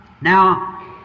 Now